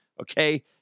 Okay